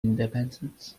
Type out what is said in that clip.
independent